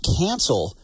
cancel